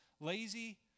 lazy